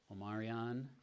Omarion